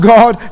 God